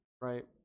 right